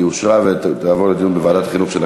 היא אושרה ותעבור לדיון בוועדת החינוך של הכנסת.